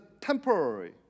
temporary